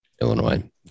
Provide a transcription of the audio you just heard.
Illinois